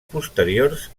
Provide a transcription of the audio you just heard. posteriors